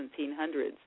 1700s